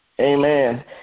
Amen